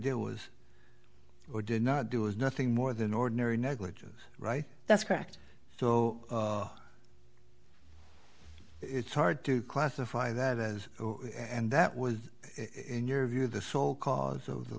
there was or did not do was nothing more than ordinary negligence right that's correct so it's hard to classify that as and that was in your view the sole cause of the